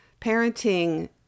parenting